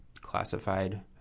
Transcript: classified